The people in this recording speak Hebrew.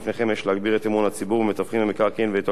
את אמון הציבור במתווכים במקרקעין ואת יוקרת המקצוע,